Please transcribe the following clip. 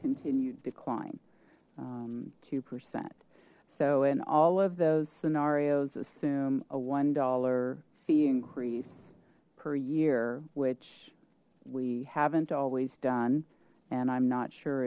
continued decline two percent so in all of those scenarios assume a one dollar fee increase per year which we haven't always done and i'm not sure